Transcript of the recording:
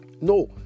No